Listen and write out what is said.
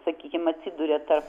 sakykim atsiduria tarp